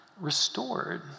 restored